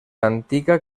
antiga